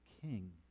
king